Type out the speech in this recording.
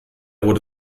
wurde